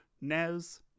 Nez